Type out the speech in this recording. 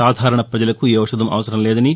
సాధారణ ప్రజలకు ఈ ఔషధం అవసరం లేదని